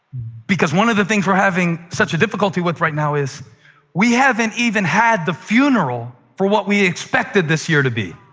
one of the things we're having such a difficulty with right now is we haven't even had the funeral for what we expected this year to be,